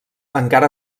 encara